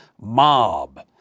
mob